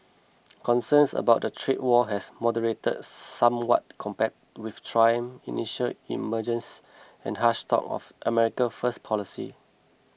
concerns about a trade war have moderated somewhat compared with Trump's initial emergence and harsh talk of America first policy